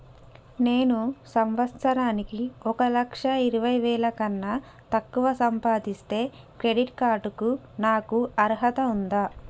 నేను సంవత్సరానికి ఒక లక్ష ఇరవై వేల కన్నా తక్కువ సంపాదిస్తే క్రెడిట్ కార్డ్ కు నాకు అర్హత ఉందా?